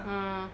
mm